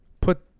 put